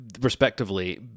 respectively